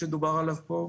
שדובר עליו פה,